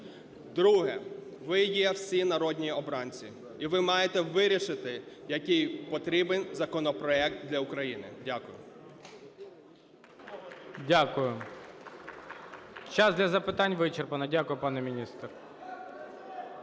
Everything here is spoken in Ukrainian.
Друге. Ви є всі народні обранці і ви маєте вирішити, який потрібен законопроект для України. Дякую.